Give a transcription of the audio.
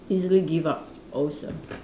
easily give up also